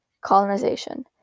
colonization